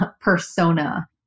persona